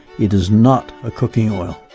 it is not a cooking oil.